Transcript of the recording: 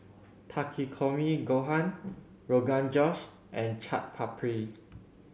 Takikomi Gohan Rogan Josh and Chaat Papri